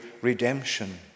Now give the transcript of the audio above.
redemption